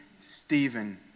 Stephen